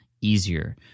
easier